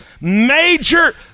major